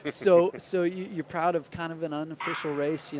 so so yeah you're proud of kind of an unofficial race. you know